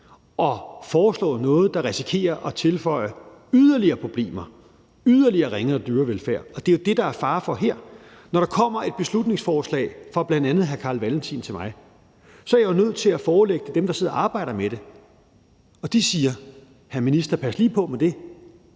at foreslå noget, der risikerer at tilføje yderligere problemer, yderligere ringe dyrevelfærd, og det er jo det, der er fare for her. Når der kommer et beslutningsforslag fra bl.a. hr. Carl Valentin til mig, er jeg jo nødt til at forelægge det for dem, der sidder og arbejder med det, og de siger: Hr. minister, pas lige på med det;